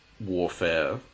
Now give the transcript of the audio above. warfare